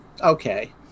okay